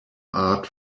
art